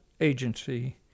agency